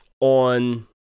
on